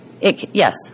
Yes